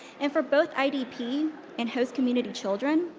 and for both idp and host community children,